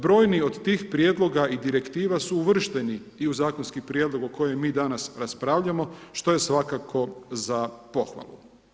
Brojni od tih prijedloga i direktiva su uvršteni i u zakonski prijedlog o kojem mi danas raspravljamo što je svakako za pohvalu.